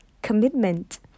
Commitment